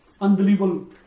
unbelievable